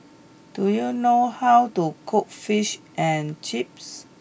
do you know how to cook Fish and Chips